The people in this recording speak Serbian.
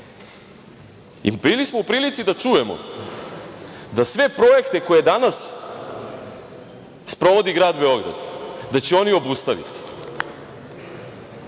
i bili smo u prilici da čujemo da sve projekte koje danas sprovodi grad Beograd da će oni obustaviti.